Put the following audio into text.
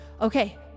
Okay